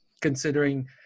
Considering